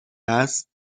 است